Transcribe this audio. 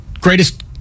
greatest